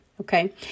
okay